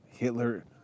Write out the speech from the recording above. Hitler